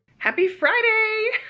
happy friday